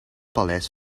paleis